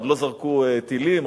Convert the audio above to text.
עוד לא זרקו טילים,